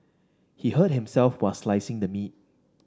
he hurt himself while slicing the meat